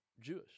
Jewish